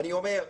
אני אומר,